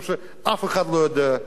ולא רק אני, אני חושב שאף אחד לא יודע.